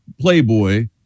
Playboy